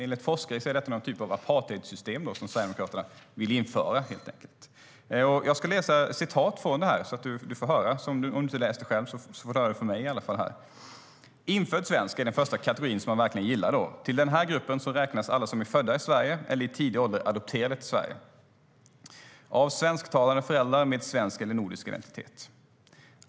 Enligt forskare är detta en typ av apartheidsystem som Sverigedemokraterna vill införa, helt enkelt. Jag ska läsa upp ett utdrag så att du får höra. Om du inte har läst det själv får du i alla fall höra det från mig här: Infödd svensk är den första kategorin, som han verkligen gillar. Till den här gruppen räknas alla som är födda i Sverige eller i tidig ålder adopterade till Sverige av svensktalande föräldrar med svensk eller nordisk identitet.